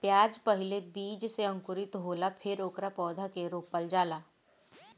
प्याज पहिले बीज से अंकुरित होला फेर ओकरा पौधा के रोपल जाला